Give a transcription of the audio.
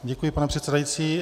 Děkuji, pane předsedající.